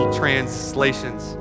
translations